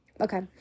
Okay